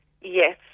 Yes